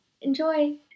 Enjoy